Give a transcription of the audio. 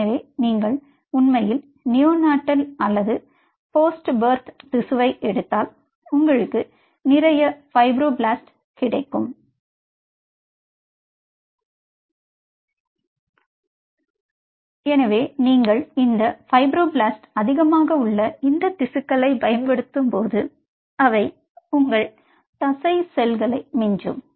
எனவே நீங்கள் உண்மையில் நியோ நாட்டல் அல்லது போஸ்ட் பர்த் திசுவை எடுத்தால் உங்களுக்கு நிறைய ஃபைப்ரோபிளாஸ்ட் கிடைக்கும் எனவே நீங்கள் இந்த ஃபைப்ரோபிளாஸ்ட் அதிகமாக உள்ள இந்த திசுக்களை பயன்படுத்தும் போது அவை உங்கள் தசை செல்களை மிஞ்சும்